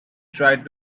tried